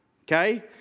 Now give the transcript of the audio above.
Okay